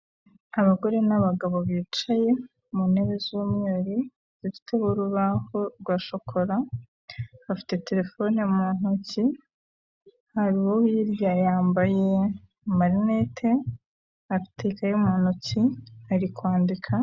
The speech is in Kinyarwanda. Abagore n'abagabo bicaye mu ntebe z'umweru zifite urubaho rwa shokora. Bafite terefone mu ntoki, uwo hirya yambaye amarinete afite ikayi mu ntoki ari kwandika.